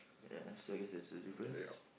ya so I guess that's the difference